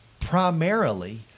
primarily